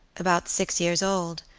about six years old,